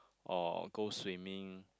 or go swimming